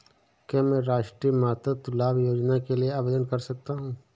क्या मैं राष्ट्रीय मातृत्व लाभ योजना के लिए आवेदन कर सकता हूँ?